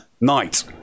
night